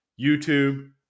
YouTube